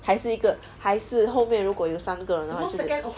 还是一个还是后面如果有三个人的话就是